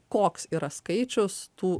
koks yra skaičius tų